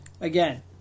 again